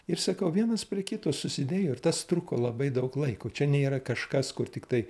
ir sakau vienas prie kito susidėjo ir tas truko labai daug laiko čia nėra kažkas kur tiktai